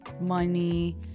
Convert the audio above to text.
money